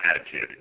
attitude